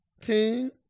King